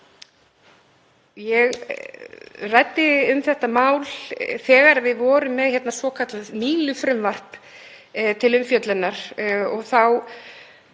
Ég ræddi um þetta mál þegar við vorum með svokallað Mílufrumvarp til umfjöllunar. Þá